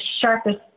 sharpest